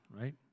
right